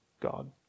God